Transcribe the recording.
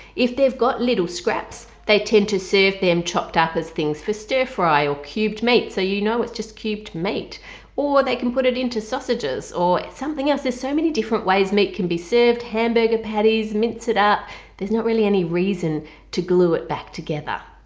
if they've got little scraps they tend to serve them chopped up as things for stir-fry or cubed meat so you know it's just cubed meat or they can put it into sausages or something else there's so many different ways meat can be served. hamburger patties, mince it up there's not really any reason to glue it back together.